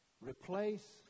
replace